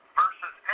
versus